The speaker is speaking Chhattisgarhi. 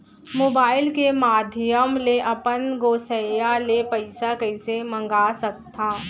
मोबाइल के माधयम ले अपन गोसैय्या ले पइसा कइसे मंगा सकथव?